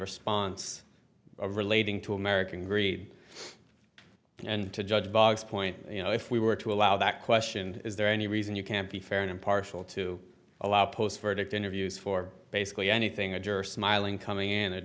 response relating to american greed and to judge boggs point you know if we were to allow that question is there any reason you can't be fair and impartial to allow post verdict interviews for basically anything a juror smiling coming in a